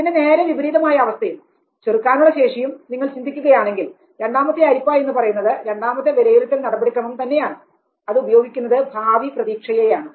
ഇതിൻറെ നേരെ വിപരീതമായ അവസ്ഥയും ചെറുക്കാനുള്ള ശേഷിയും നിങ്ങൾ ചിന്തിക്കുകയാണെങ്കിൽ രണ്ടാമത്തെ അരിപ്പ എന്ന് പറയുന്നത് രണ്ടാമത്തെ വിലയിരുത്തൽ നടപടിക്രമം തന്നെയാണ് അത് ഉപയോഗിക്കുന്നത് ഭാവി പ്രതീക്ഷയെയാണ്